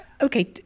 okay